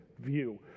view